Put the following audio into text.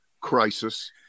crisis